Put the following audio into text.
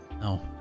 No